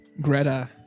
Greta